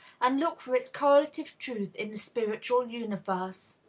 and look for its correlative truth in the spiritual universe.